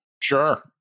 sure